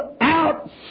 out